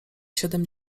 siedem